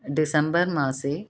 December मासे